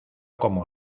como